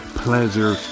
pleasure